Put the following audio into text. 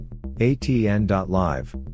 ATN.Live